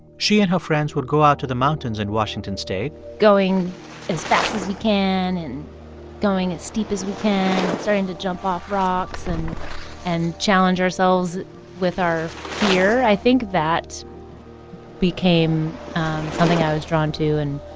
she and her friends would go out to the mountains in washington state going as fast as we can and going as steep as we can and starting to jump off rocks and challenge ourselves with our fear. i think that became something i was drawn to and